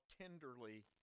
tenderly